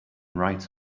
right